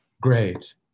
great